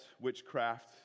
witchcraft